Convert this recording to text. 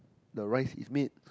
the rice is made